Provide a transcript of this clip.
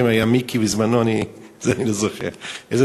אני לא זוכר אם היה מיקי בזמנו,